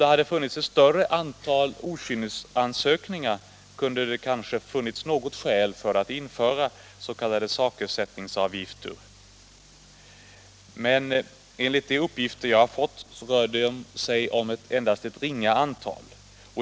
Om det funnits ett större antal okynnesansökningar, = byggnadslagen kunde det kanske ha funnits något skäl för att införa s.k. sakersättningsavgifter, men enligt de uppgifter jag har fått rör det sig om endast ett ringa antal.